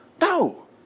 No